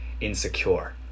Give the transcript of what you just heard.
insecure